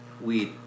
weed